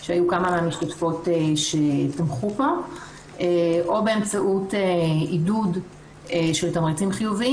שהיו כמה משתתפות שתמכו בה או באמצעות עידוד של תמריצים חיוביים